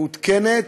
מעודכנת,